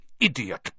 Idiot